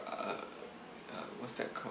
err err what's that called